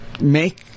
make